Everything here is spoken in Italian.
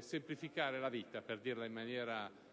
semplificare la vita, per dirla in maniera